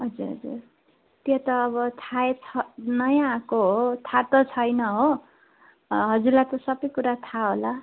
हजुर हजुर त्यो त अब थाहै छ नयाँ आएको हो थाहा त छैन हो हजुरलाई त सबै कुरा थाहा होला